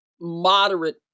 moderate